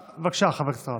בבקשה, חבר הכנסת רז.